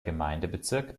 gemeindebezirk